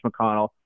mcconnell